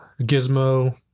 gizmo